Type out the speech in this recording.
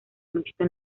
mixto